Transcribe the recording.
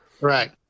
Right